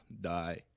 die